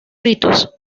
ritos